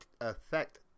affect